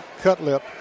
Cutlip